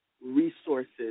resources